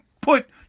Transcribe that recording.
put